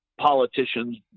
politicians